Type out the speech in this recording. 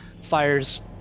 fires